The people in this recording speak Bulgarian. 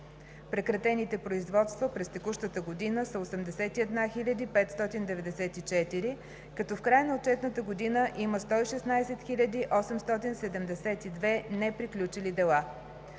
Прекратените производства през текущата година са 81 594, като в края на отчетната година има 116 872 неприключили дела.